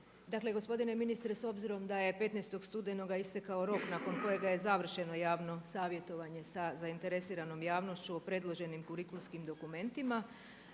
Dakle gospodine ministre s obzirom da je 15. studenog istekao rok nakon kojega je završeno javno savjetovanje sa zainteresiranom javnošću o predloženim kurikulskim dokumentima,